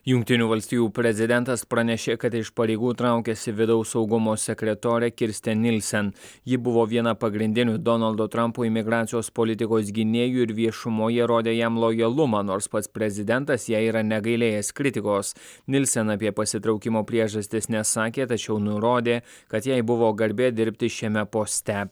jungtinių valstijų prezidentas pranešė kad iš pareigų traukiasi vidaus saugumo sekretorė kirsten nilsen ji buvo viena pagrindinių donaldo trampo imigracijos politikos gynėjų ir viešumoje rodė jam lojalumą nors pats prezidentas jai yra negailėjęs kritikos nilsen apie pasitraukimo priežastis nesakė tačiau nurodė kad jai buvo garbė dirbti šiame poste